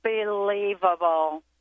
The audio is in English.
unbelievable